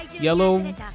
yellow